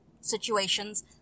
situations